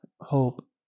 hope